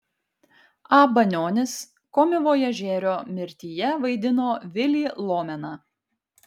a banionis komivojažerio mirtyje vaidino vilį lomeną